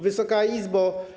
Wysoka Izbo!